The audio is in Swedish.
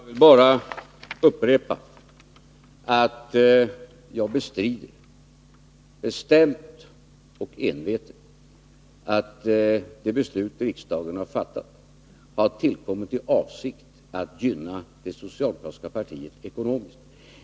Herr talman! Jag vill bara upprepa att jag bestrider, bestämt och envetet, att det beslut riksdagen fattat har tillkommit i avsikt att gynna det socialdemokratiska partiet ekonomiskt.